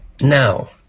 now